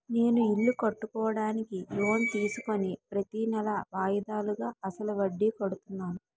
నేను ఇల్లు కట్టుకోడానికి లోన్ తీసుకుని ప్రతీనెలా వాయిదాలుగా అసలు వడ్డీ కడుతున్నాను